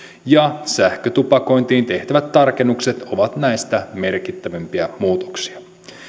ja sähkötupakointiin tehtävät tarkennukset ovat näistä merkittävimpiä muutoksia